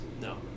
No